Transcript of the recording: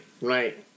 Right